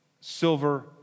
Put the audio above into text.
silver